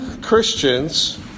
Christians